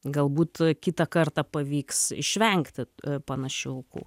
galbūt kitą kartą pavyks išvengti panašių aukų